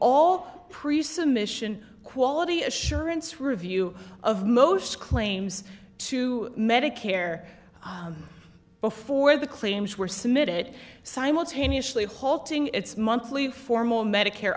all priests a mission quality assurance review of most claims to medicare before the claims were submitted it simultaneously halting its monthly formal medicare